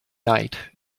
night